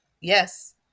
Yes